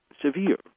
severe